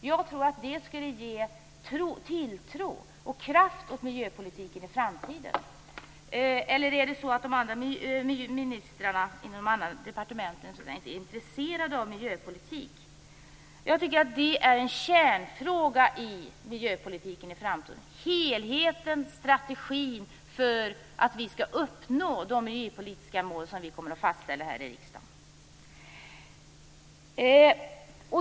Jag tror att det skulle ge tilltro och kraft åt miljöpolitiken i framtiden. Eller är det så att ministrarna i de andra departementen inte är så intresserade av miljöpolitik? En kärnfråga i miljöpolitiken i framtiden är alltså helheten och strategin för att vi skall uppnå de miljöpolitiska mål som vi kommer att fastställa här i riksdagen.